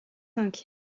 minutes